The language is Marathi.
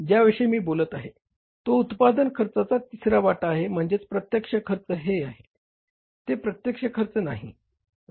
ज्याविषयी मी बोलत आहे तो उत्पादन खर्चाचा तिसरा वाटा आहे म्हणजे प्रत्यक्ष खर्च हे आहे ते अप्रत्यक्ष खर्च नाही